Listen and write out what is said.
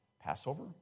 Passover